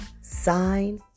sign